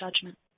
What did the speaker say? judgment